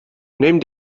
neem